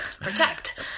Protect